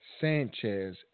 Sanchez